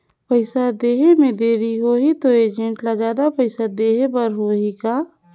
पइसा देहे मे देरी होही तो एजेंट ला जादा पइसा देही बर होही का?